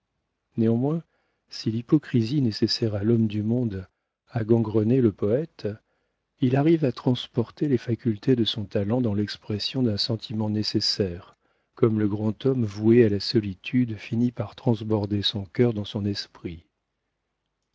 néanmoins si l'hypocrisie nécessaire à l'homme du monde a gangrené le poëte il arrive à transporter les facultés de son talent dans l'expression d'un sentiment nécessaire comme le grand homme voué à la solitude finit par transborder son cœur dans son esprit